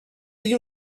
you